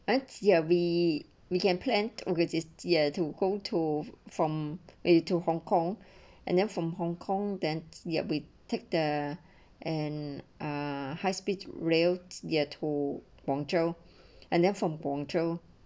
ah ya we we can plant august this ya to go to from a to hongkong and then from hong kong then there we take the and ah high speed rail ya to guangzhou and then from guangzhou